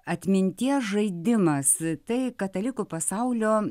atminties žaidimas tai katalikų pasaulio